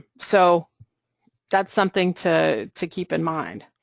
so that's something to to keep in mind.